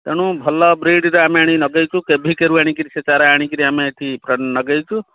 ତେଣୁ ଭଲ ବ୍ରିଡ଼ର ଆମେ ଆଣି ଲଗେଇଛୁ କେଭିକେରୁ ଆଣିକରି ସେ ଚାରା ଆଣିକରି ଆମେ ଏଠି ଲଗେଇଛୁ